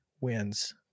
wins